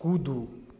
कूदू